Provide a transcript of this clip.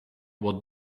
what